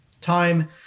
time